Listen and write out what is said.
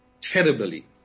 terribly